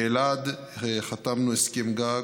באלעד חתמנו על הסכם גג,